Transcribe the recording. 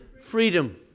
freedom